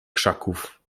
krzaków